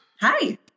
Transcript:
Hi